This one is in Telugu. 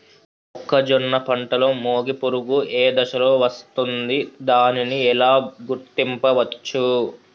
మొక్కజొన్న పంటలో మొగి పురుగు ఏ దశలో వస్తుంది? దానిని ఎలా గుర్తించవచ్చు?